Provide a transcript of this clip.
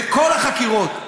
בכל החקירות,